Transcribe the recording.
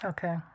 Okay